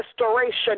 restoration